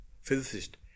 physicist